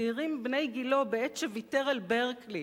וצעירים בני גילו בעת שוויתר על ברקלי